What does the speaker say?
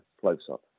close-up